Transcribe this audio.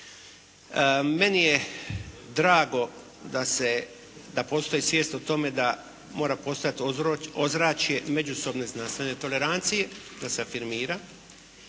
Meni je drago da postoji svijest o tome da mora postojati ozračje međusobne znanstvene tolerancije, da se afirmira